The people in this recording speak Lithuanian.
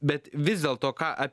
bet vis dėlto ką a